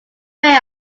way